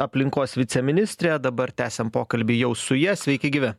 aplinkos viceministrė dabar tęsiam pokalbį jau su ja sveiki gyvi